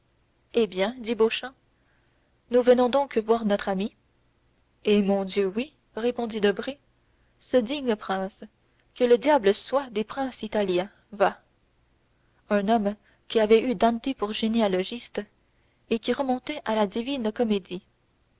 eh bien dit beauchamp nous venons donc voir notre ami eh mon dieu oui répondit debray ce digne prince que le diable soit des princes italiens va un homme qui avait eu dante pour généalogiste et qui remontait à la divine comédie